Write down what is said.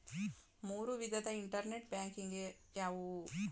ಮೂರು ವಿಧದ internet banking ಯಾವುವು?